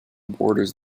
borders